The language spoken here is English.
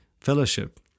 fellowship